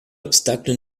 obstacle